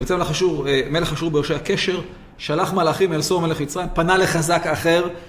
מלך אשור בראשי הקשר שלח מלאכים אל סוא מלך מצרים, פנה לחזק האחר.